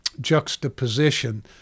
juxtaposition